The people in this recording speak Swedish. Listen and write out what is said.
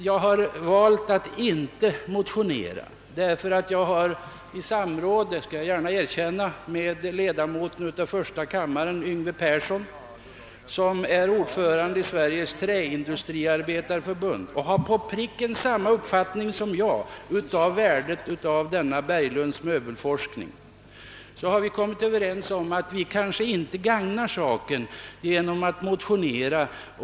Jag har valt att inte motionera därför att ledamoten av första kammaren, herr Yngve Persson, som är ordförande i Sveriges träindustriarbetareförbund, och jag har exakt samma uppfattning beträffande värdet av arkitekt Berglunds möbelforskning, och vi har kommit överens om att vi kanske inte gagnar frågan genom att motionera.